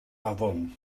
afon